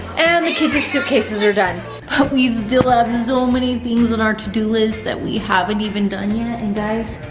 and the kids' suitcases are done. but we still have so many things on our to do list that we haven't even done yet, and guys,